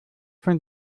von